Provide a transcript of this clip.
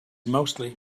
mostly